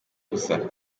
ubusa